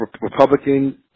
Republican